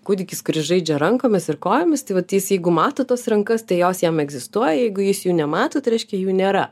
kūdikis kuris žaidžia rankomis ir kojomis tai vat jis jeigu mato tas rankas tai jos jam egzistuoja jeigu jis jų nemato tai reiškia jų nėra